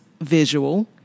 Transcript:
visual